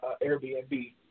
Airbnb